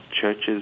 churches